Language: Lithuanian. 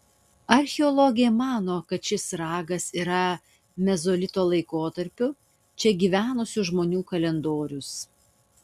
archeologė mano kad šis ragas yra mezolito laikotarpiu čia gyvenusių žmonių kalendorius